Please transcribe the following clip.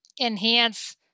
enhance